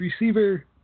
receiver